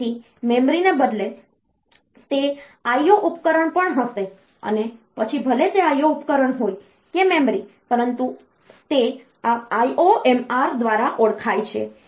તેથી મેમરીને બદલે તે IO ઉપકરણ પણ હશે અને પછી ભલે તે IO ઉપકરણ હોય કે મેમરી પરંતુ તે આ IOM દ્વારા ઓળખાય છે